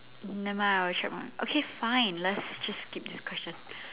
never mind I'll check my okay fine let's just skip this question